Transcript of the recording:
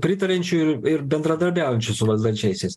pritariančiu ir ir bendradarbiaujančiu su valdančiaisiais